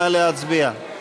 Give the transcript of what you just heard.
נא להצביע.